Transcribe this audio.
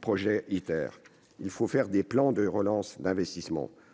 projet ITER (). Il faut lancer des plans de relance et d'investissement.